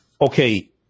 Okay